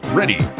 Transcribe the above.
ready